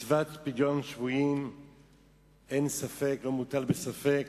מצוות פדיון שבויים לא מוטלת בספק,